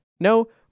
No